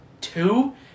two